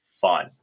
fun